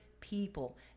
people